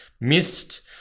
Missed